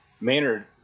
Maynard